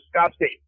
disgusting